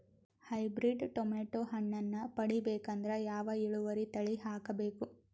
Hybrid tomato ಹಣ್ಣನ್ನ ಪಡಿಬೇಕಂದರ ಯಾವ ಇಳುವರಿ ತಳಿ ಹಾಕಬೇಕು?